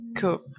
Cool